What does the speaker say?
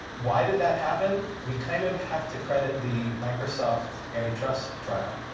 why did that happen? we kind of have to credit the microsoft antitrust trial.